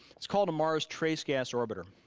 it's called a mars trace gas orbiter.